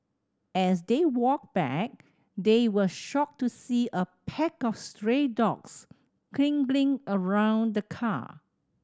as they walked back they were shocked to see a pack of stray dogs circling around the car